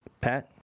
pat